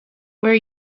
where